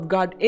God